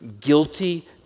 guilty